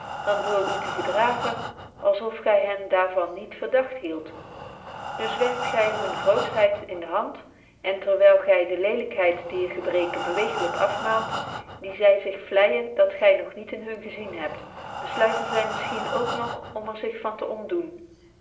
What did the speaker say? dan door u te gedragen als of gy hen daar van niet verdagt hield dus werkt gy hunne grootschheid in de hand en terwyl gy hen de lelykheid dier gebreken beweeglyk afmaalt die zy zich vleijen dat gy nog niet in hun gezien hebt besluiten zy misschien ook nog om er zich van te ontdoen